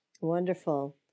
Wonderful